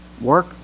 Work